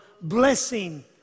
blessing